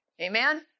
Amen